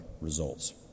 results